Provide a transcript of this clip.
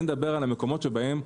אני מדבר על המקומות שיהיו חיכוכים,